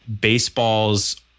baseball's